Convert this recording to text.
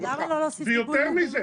ויותר מזה,